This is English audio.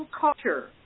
culture